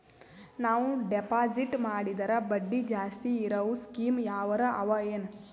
ನಾವು ಡೆಪಾಜಿಟ್ ಮಾಡಿದರ ಬಡ್ಡಿ ಜಾಸ್ತಿ ಇರವು ಸ್ಕೀಮ ಯಾವಾರ ಅವ ಏನ?